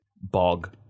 Bog